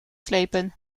slepen